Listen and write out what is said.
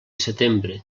setembre